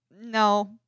No